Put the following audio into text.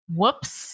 whoops